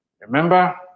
remember